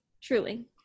truly